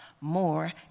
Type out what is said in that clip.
more